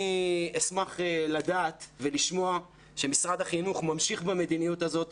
אשמח לדעת ולשמוע שמשרד החינוך ממשיך במדיניות הזאת,